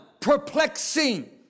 Perplexing